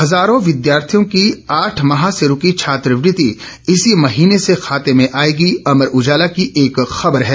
हजारों विद्यार्थियों की आठ माह से रूकी छात्रवृति इसी महीने से खाते में आएगी अमर उजाला की एक खबर है